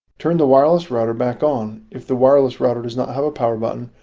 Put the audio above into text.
turn the wireless router back on. if the wireless router does not have a power button,